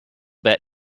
bet